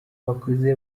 bakuze